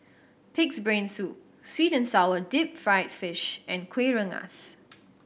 Pig's Brain Soup sweet and sour deep fried fish and Kueh Rengas